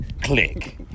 click